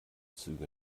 züge